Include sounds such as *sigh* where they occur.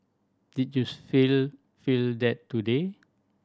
did you *unintelligible* feel feel that today